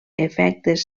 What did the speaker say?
efectes